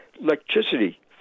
Electricity